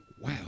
wow